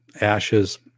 ashes